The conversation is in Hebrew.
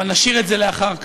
אבל נשאיר את זה לאחר כך.